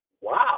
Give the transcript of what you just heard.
Wow